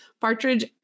partridge